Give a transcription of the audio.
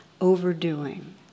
overdoing